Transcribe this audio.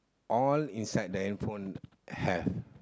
all inside the handphone have